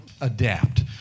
adapt